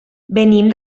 venim